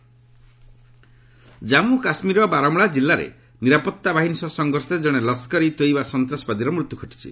JK encounter Jammu କାଶ୍ମୀରର ବାରମୂଳା ଜିଲ୍ଲାରେ ନିରାପତ୍ତା ବାହିନୀ ସହ ସଂଘର୍ଷରେ ଜଣେ ଲସ୍କରେ ତୋୟବା ସନ୍ତାସବାଦୀର ମୃତ୍ୟୁ ଘଟିଛି